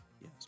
Yes